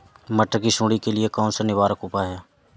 मटर की सुंडी के लिए कौन सा निवारक उपाय है?